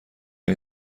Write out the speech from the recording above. این